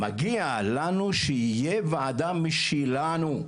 מגיע לנו שתהיה ועדה משלנו,